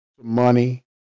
money